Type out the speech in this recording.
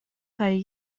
kaj